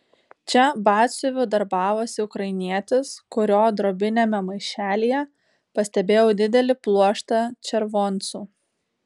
čia batsiuviu darbavosi ukrainietis kurio drobiniame maišelyje pastebėjau didelį pluoštą červoncų